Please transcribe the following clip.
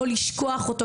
ולא לשכוח אותו,